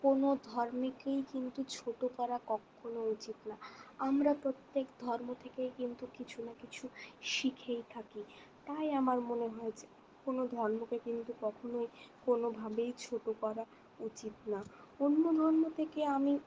কোনো ধর্মেকেই কিন্তু ছোটো করা কক্ষনো উচিৎ না আমরা প্রত্যেক ধর্ম থেকে কিন্তু কিছু না কিছু শিখেই থাকি তাই আমার মনে হয় যে কোনো ধর্মকে কিন্তু কখনোই কোনোভাবেই ছোটো করা উচিত না অন্য ধর্ম থেকে আমি